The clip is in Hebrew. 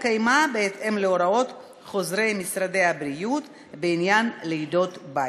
התקיימה בהתאם להוראות חוזרי משרדי הבריאות בעניין לידות בית.